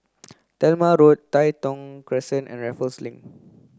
Talma Road Tai Thong Crescent and Raffles Link